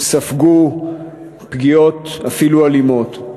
ספגו פגיעות, אפילו אלימות.